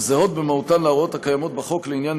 שזהות במהותן להוראות הקיימות בחוק לעניין